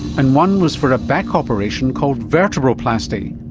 and one was for a back operation called vertebroplasty,